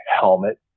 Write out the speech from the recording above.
helmet